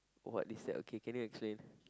what is that okay okay can you explain